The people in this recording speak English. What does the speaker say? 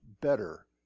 better